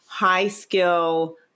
high-skill